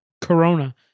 Corona